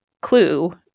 clue